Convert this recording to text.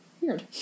weird